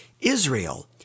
Israel